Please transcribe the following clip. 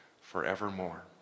forevermore